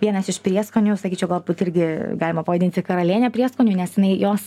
vienas iš prieskonių sakyčiau galbūt irgi galima pavadinti karaliene prieskonių nes jinai jos